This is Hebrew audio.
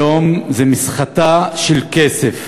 היום זו מסחטה של כסף.